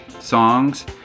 songs